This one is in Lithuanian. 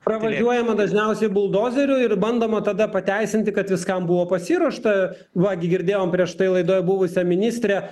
pravažiuojama dažniausiai buldozeriu ir bandoma tada pateisinti kad viskam buvo pasiruošta va gi girdėjom prieš tai laidoj buvusią ministrę